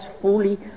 fully